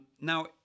now